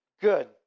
Good